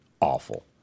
awful